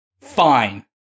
Fine